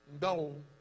no